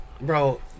Bro